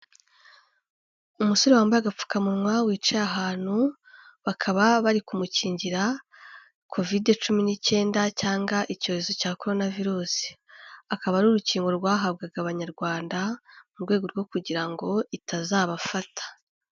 Umusore wambaye agapfukamunwa wicaye ahantu bakaba bari kumukingira Kovide cumi n'icyenda cyangwa icyorezo cya Corona virus, akaba ari urukingo rwahabwaga Abanyarwanda mu rwego rwo kugira ngo itazabafata.